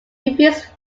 refused